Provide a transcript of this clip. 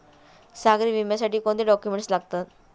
सागरी विम्यासाठी कोणते डॉक्युमेंट्स लागतात?